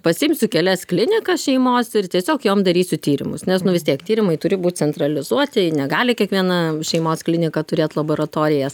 pasiimsiu kelias klinikas šeimos ir tiesiog jom darysiu tyrimus nes nu vis tiek tyrimai turi būt centralizuoti negali kiekviena šeimos klinika turėt laboratorijas